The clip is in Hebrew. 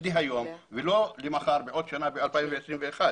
להיום ולא למחר או בעוד שנה ב-2021.